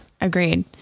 Agreed